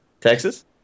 Texas